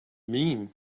mean